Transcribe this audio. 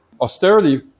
austerity